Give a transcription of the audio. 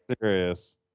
serious